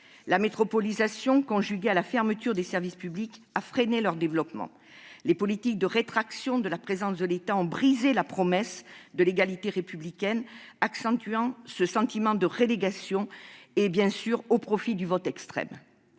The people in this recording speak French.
La métropolisation, conjuguée à la fermeture des services publics, a freiné le développement des zones rurales. Les politiques de rétraction de la présence de l'État ont brisé la promesse de l'égalité républicaine, accentuant un sentiment de relégation qui favorise le vote extrême.